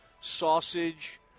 sausage